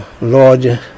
Lord